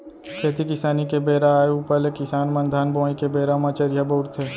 खेती किसानी के बेरा आय ऊपर ले किसान मन धान बोवई के बेरा म चरिहा बउरथे